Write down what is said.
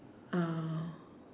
uh